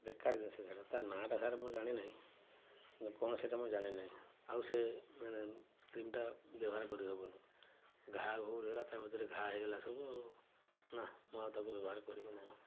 ବେକାର ଜିନିଷ ସେଇଟା ତା ନାଁଟା ସାର୍ ମୁଁ ଜାଣିନାହିଁ କ'ଣ ସେଇଟା ମୁଁ ଜାଣିନାହିଁ ଆଉ ସେ ମାନେ କ୍ରିମଟା ବ୍ୟବହାର କରି ହେବନି ଘା' ହେଲା ତା ଭିତରେ ଘା' ହେଇଗଲା ସବୁ ଆଉ ନା ମୁଁ ଆଉ ତାକୁ ବ୍ୟବହାର କରିବି ନାହିଁ